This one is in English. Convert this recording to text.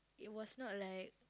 it was not like